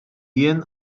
jien